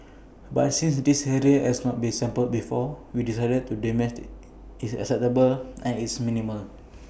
but since this area has not been sampled before we decided the damage is acceptable and it's minimal